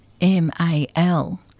M-A-L